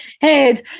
head